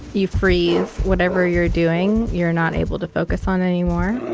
you freeze. whatever you're doing, you're not able to focus on anymore.